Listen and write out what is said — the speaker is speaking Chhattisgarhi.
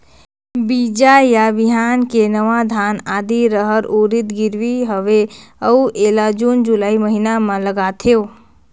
बीजा या बिहान के नवा धान, आदी, रहर, उरीद गिरवी हवे अउ एला जून जुलाई महीना म लगाथेव?